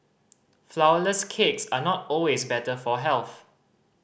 flourless cakes are not always better for health